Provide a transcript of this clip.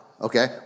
Okay